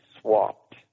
swapped